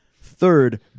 Third